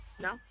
No